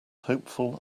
hopeful